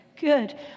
Good